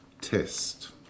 test